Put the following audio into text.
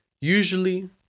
usually